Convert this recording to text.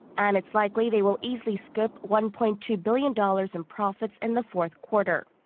and it's likely they will easily scoop one-point-two billion dollars in profits in the fourth quarter.